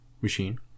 machine